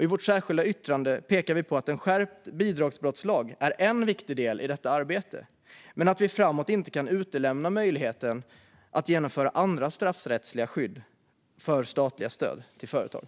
I vårt särskilda yttrande pekar vi på att en skärpt bidragsbrottslag är en viktig del i detta arbete men att vi framåt inte kan utesluta möjligheten att genomföra andra straffrättsliga skydd för statliga stöd till företag.